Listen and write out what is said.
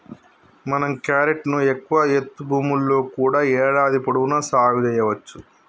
మనం క్యారెట్ ను ఎక్కువ ఎత్తు భూముల్లో కూడా ఏడాది పొడవునా సాగు సెయ్యవచ్చు